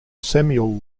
samuel